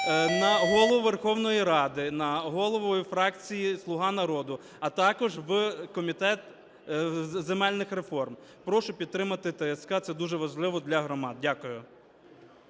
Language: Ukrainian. на Голову Верховної Ради, на голову фракції "Слуга народу", а також в Комітет земельних реформ. Прошу підтримати ТСК, це дуже важливо для громад. Дякую.